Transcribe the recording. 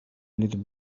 little